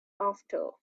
after